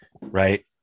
right